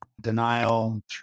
denial